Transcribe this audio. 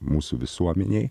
mūsų visuomenei